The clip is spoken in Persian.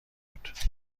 بود